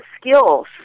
skills